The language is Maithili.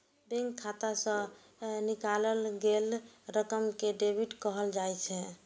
बैंक खाता सं निकालल गेल रकम कें डेबिट कहल जाइ छै